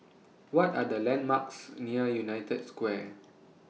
What Are The landmarks near United Square